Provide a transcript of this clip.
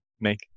make